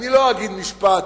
אני לא אגיד משפט